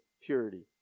purity